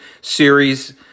series